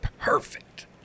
Perfect